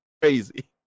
crazy